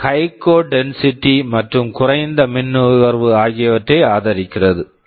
இது high code டென்சிட்டிhigh code density மற்றும் குறைந்த மின் நுகர்வு ஆகியவற்றை ஆதரிக்கிறது